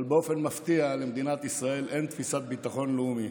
אבל באופן מפתיע למדינת ישראל אין תפיסת ביטחון לאומי.